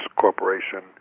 Corporation